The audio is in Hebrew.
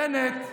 בנט,